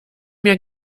mir